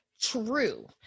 True